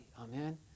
Amen